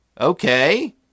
Okay